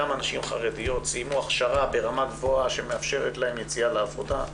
כמה נשים חרדיות סיימו הכשרה ברמה גבוהה שמאפשרת להם יציאה לעבודה,